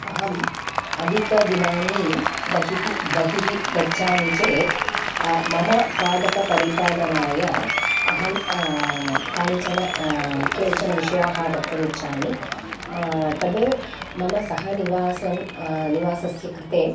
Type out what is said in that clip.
अहम् अधिकदिनानि बहिति बहिः गच्छामि चेत् मम पादपपरिपालनाय अहं कानिचन केचन विषयाः वक्तुम् इच्छामि तद् मम सहनिवासं निवासस्य कृते